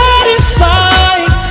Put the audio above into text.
Satisfied